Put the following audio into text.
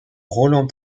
roland